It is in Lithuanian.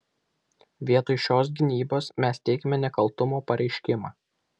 vietoj šios gynybos mes teikiame nekaltumo pareiškimą